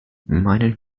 meinen